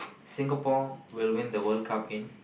Singapore will win the World Cup in